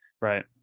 Right